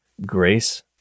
grace